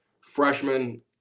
freshman